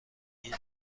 این